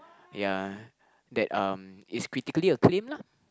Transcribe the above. ya that um is critically acclaimed lah